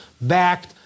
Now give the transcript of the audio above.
backed